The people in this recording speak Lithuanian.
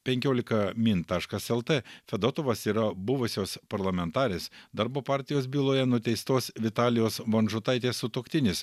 penkiolika min taškas lt fedotovas yra buvusios parlamentarės darbo partijos byloje nuteistos vitalijos vonžutaitės sutuoktinis